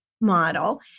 model